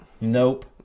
Nope